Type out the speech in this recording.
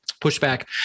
pushback